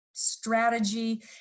strategy